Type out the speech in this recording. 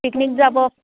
picnic যাব